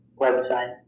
website